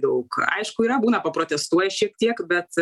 daug aišku yra būna protestuoja šiek tiek bet